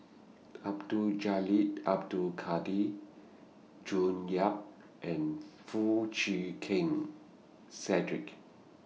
Abdul Jalil Abdul Kadir June Yap and Foo Chee Keng Cedric